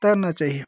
तैरना चाहिए